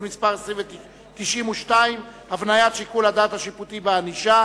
מס' 92) (הבניית שיקול הדעת השיפוטי בענישה),